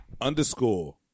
underscore